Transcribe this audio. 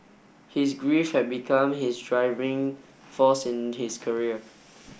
his grief had become his driving force in his career